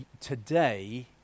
today